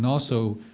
also,